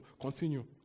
Continue